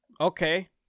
okay